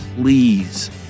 Please